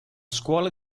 scuola